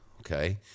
okay